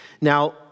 Now